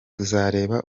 tuzareba